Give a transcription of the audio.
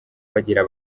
bagira